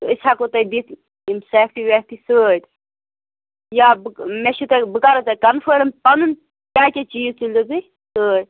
تہٕ أسۍ ہٮ۪کو تۄہہِ دِتھ یِم سیٚفٹی ویٚفٹی سۭتۍ یا بہٕ مےٚ چھُ تۄہہِ بہٕ کَرو تۄہہِ کَنفٲرٕم پَنُن کیٛاہ کیٛاہ چیٖز تُلِو تُہۍ سۭتۍ